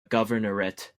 governorate